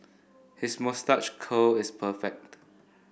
his moustache curl is perfect